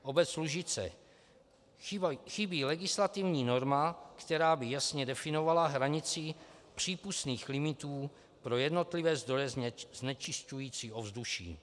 Obec Lužice: Chybí legislativní norma, která by jasně definovala hranici přípustných limitů pro jednotlivé zdroje znečišťující ovzduší.